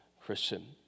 Christian